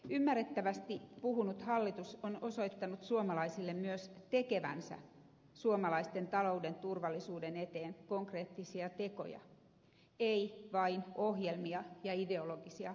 ymmärrettävästi puhunut hallitus on osoittanut suomalaisille myös tekevänsä suomalaisten talouden turvallisuuden eteen konkreettisia tekoja ei vain ohjelmia ja ideologisia kokouksia